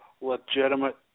legitimate